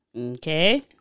Okay